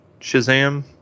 Shazam